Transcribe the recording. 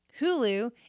Hulu